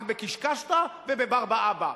רק ב"קישקשתא" וב"ברבאבא",